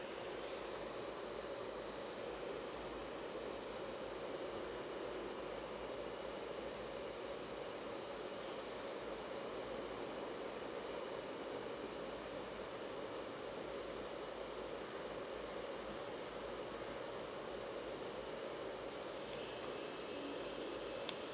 a road eh